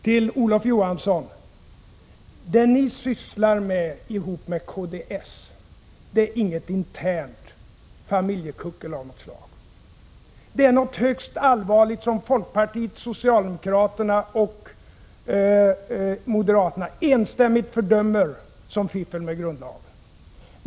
Till Olof Johansson vill jag säga: Det ni sysslar med ihop med kds är inget internt familjekuckel av något slag, utan det är någonting högst allvarligt, som folkpartiet, socialdemokraterna och moderaterna enstämmigt fördömer såsom fiffel med grundlagen.